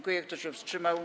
Kto się wstrzymał?